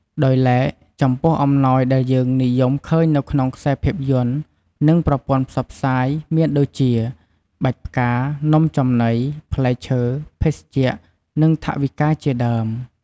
ដោយឡែកចំពោះអំណោយដែលយើងនិយមឃើញនៅក្នុងខ្សែភាពយន្ត និង ប្រព័ន្ធផ្សព្វផ្សាយ មានដូចជា បាច់ផ្កា នំចំនី ផ្លែឈើ ភេសជ្ជៈ និង ថវិកាជាដើម។